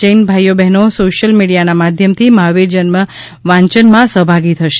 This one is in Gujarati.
જૈન ભાઇ બહેનો સોશ્યલ મીડીયાના માધ્યમથી મહાવીર જન્મ વાંચનમાં સહભાગી થશે